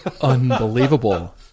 Unbelievable